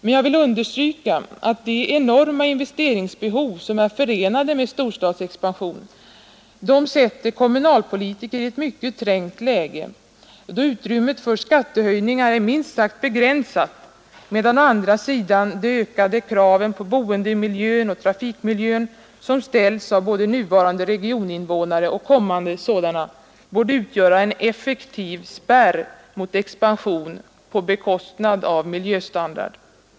Men jag vill understryka att de enorma investeringsbehov som är förenade med storstadsexpansion sätter kommunalpolitiker i ett mycket trängt läge, eftersom utrymmet för skattehöjningar är minst sagt begränsat medan å andra sidan de ökade krav på boendemiljön och trafikmiljön som ställs av både nuvarande och kommande regioninvånare borde utgöra en effektiv spärr mot expansion på bekostnad av miljöstandard.